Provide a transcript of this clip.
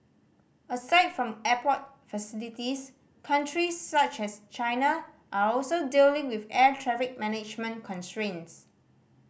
aside from airport facilities countries such as China are also dealing with air traffic management constraints